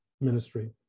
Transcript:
ministry